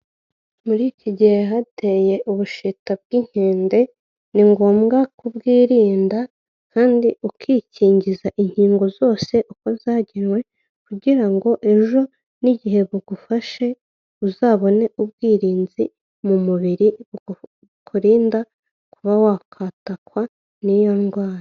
Muri iki gihe hateye ubusheta bw'inkende, ni ngombwa kubwirinda, kandi ukikingiza inkingo zose uko zagenwe, kugira ngo ejo n'igihe bugufashe uzabone ubwirinzi mu mubiri bukurinda kuba wakatakwa n'iyo ndwara.